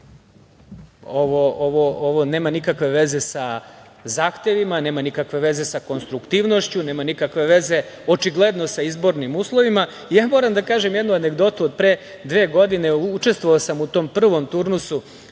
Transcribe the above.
ovo nema nikakve veze sa zahtevima, nema nikakve veze sa konstruktivnošću, nema nikakve veze očigledno sa izbornim uslovima. Moram da kažem jednu anegdotu od pre dve godine, učestvovao sam u tom prvom turnusu